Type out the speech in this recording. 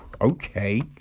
okay